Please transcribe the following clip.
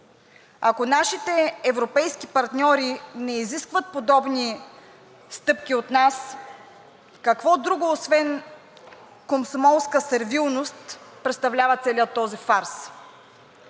Ако нашите европейски партньори не изискват подобни стъпки от нас, какво друго освен комсомолска сервилност представлява целият този фарс?